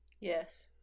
yes